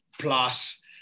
plus